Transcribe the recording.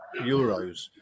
euros